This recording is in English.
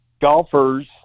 golfers